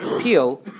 peel